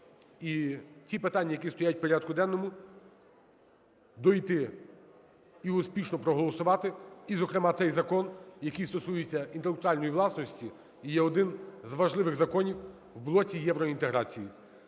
і ті питання, які стоять в порядку денному, дійти і успішно проголосувати і, зокрема, цей закон, який стосується інтелектуальної власності і є один з важливих законів в блоці євроінтеграції.